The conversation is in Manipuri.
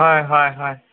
ꯍꯣꯏ ꯍꯣꯏ ꯍꯣꯏ